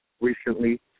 recently